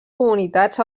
comunitats